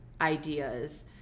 ideas